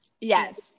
yes